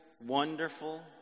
wonderful